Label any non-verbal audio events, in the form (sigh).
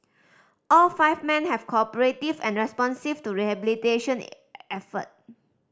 all five men have cooperative and responsive to rehabilitation (hesitation) effort